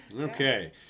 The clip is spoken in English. okay